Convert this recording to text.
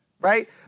right